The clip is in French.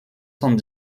cent